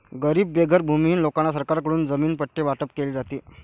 गरीब बेघर भूमिहीन लोकांना सरकारकडून जमीन पट्टे वाटप केले जाते